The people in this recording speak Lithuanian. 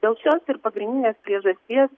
dėl šios ir pagrindinės priežasties